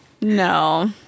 no